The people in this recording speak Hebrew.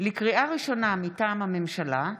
לקריאה ראשונה, מטעם הממשלה: